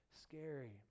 scary